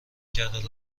کرد